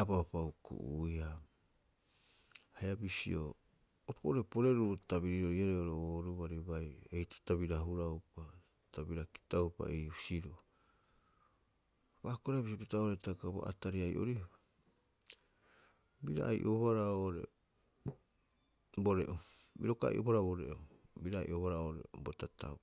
Aba'upa huku'uiaa. Haia bisi o poteporeruu bo tabiriroriarei oo'ore ooruari baire baire eitaroo ta bira huraupa, ta bira kitaupa ii husiroo. Paakora pita hitaka oo'ore bisio, bo atari ai'oriba bira ai'obohara oo'ore bore'u, bira uka ai'obohara bo re'u. Bira ai'obohara oo're bo tatabu.